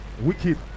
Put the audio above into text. Wicked